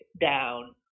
down